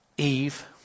Eve